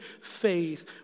faith